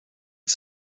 die